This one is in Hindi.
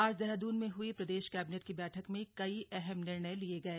आज देहरादून में हुई प्रदेश कैबिनेट की बैठक में कई अहम निर्णय लिये गए